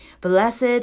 blessed